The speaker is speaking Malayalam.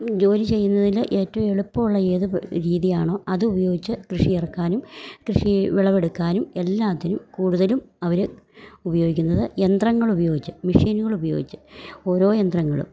ജോലി ചെയ്യുന്നതില് ഏറ്റവും എല്ലുപ്പമുള്ളത് രീതിയാണോ അത് ഉപയോഗിച്ച് കൃഷി ഇറക്കാനും കൃഷി വിളവെടുക്കാനും എല്ലാത്തിനും കൂടുതലും അവര് ഉപയോഗിക്കുന്നത് യന്ത്രങ്ങളുപയോഗിച്ച് മെഷീനുകളുപയോഗിച്ച് ഓരോ യന്ത്രങ്ങളും